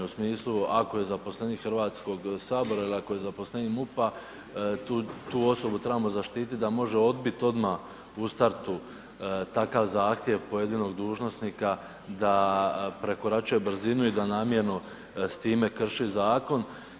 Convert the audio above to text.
U smislu ako je zaposlenik Hrvatskog sabora il ako je zaposlenik MUP-a tu osobu trebamo zaštiti da može odbit odmah u startu takav zahtjev pojedinog dužnosnika da prekoračuje brzinu i da namjerno s time krši zakon.